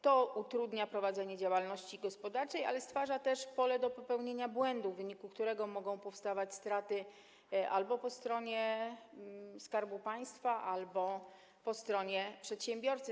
To utrudnia prowadzenie działalności gospodarczej, ale stwarza też pole do popełnienia błędu, w wyniku którego mogą powstawać straty albo po stronie Skarbu Państwa, albo po stronie przedsiębiorcy.